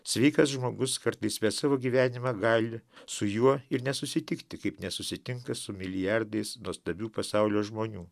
sveikas žmogus kartais savo gyvenimą gali su juo ir nesusitikti kaip nesusitinka su milijardais nuostabių pasaulio žmonių